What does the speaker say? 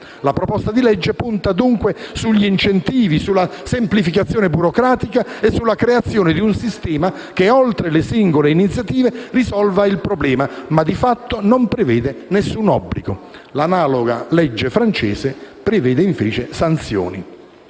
La proposta di legge punta dunque sugli incentivi, sulla semplificazione burocratica e sulla creazione di un sistema che oltre le singole iniziative risolva il problema, ma di fatto non prevede alcun obbligo. L'analoga legge francese prevede invece sanzioni.